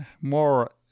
more